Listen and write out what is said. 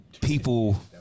People